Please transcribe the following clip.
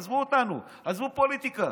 עזבו אותנו, עזבו פוליטיקה.